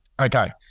Okay